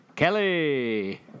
Kelly